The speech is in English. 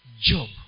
Job